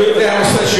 אני מגיע לזה.